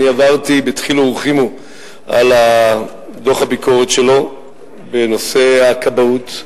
אני עברתי בדחילו ורחימו על דוח הביקורת שלו בנושא הכבאות,